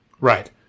Right